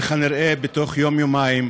וכנראה בתוך יום-יומיים